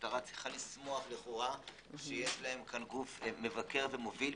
והמשטרה צריכה לשמוח לכאורה שיש להם כאן גוף מבקר ומוביל,